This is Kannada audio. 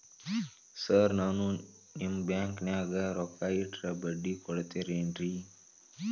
ಸರ್ ನಾನು ನಿಮ್ಮ ಬ್ಯಾಂಕನಾಗ ರೊಕ್ಕ ಇಟ್ಟರ ಬಡ್ಡಿ ಕೊಡತೇರೇನ್ರಿ?